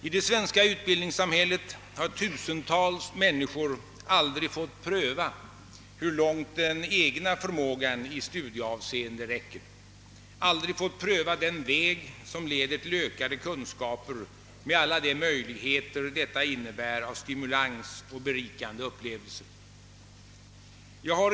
I det svenska utbildningssamhället har tusentals människor aldrig fått pröva hur långt den egna förmågan i studieavseende räcker, aldrig fått pröva den väg som leder till ökade kunskaper — med alla de möjligheter detta innebär av stimulans och berikande upplevelser.